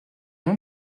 nom